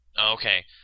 Okay